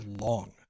long